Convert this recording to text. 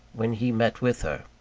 when he met with her.